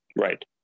right